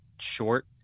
short